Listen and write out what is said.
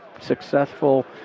successful